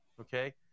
okay